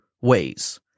ways